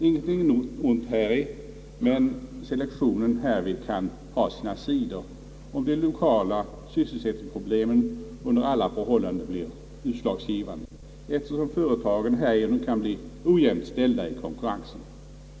Inget ont däri, men selektionen härvid kan ha sina sidor, om de lokala sysselsättningsproblemen under alla förhållanden blir utslagsgivande, eftersom företagen härigenom kan bli ojämnt ställda i konkurrensen.